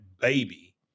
baby